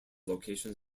locations